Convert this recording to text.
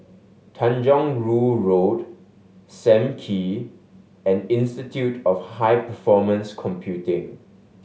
Tanjong Rhu Road Sam Kee and Institute of High Performance Computing